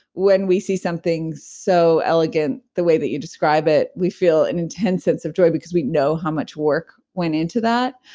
when we see something so elegant, the way that you describe it, we feel an intense sense of joy because we know how much work went into that.